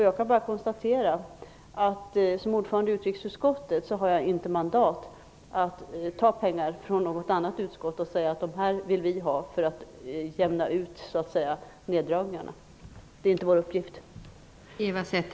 Jag kan bara konstatera att som ordförande i utrikesutskottet har jag inte mandat att ta pengar från något annat utskott och säga att vi vill ha dem för att jämna ut neddragningarna. Det är inte vår uppgift.